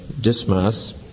Dismas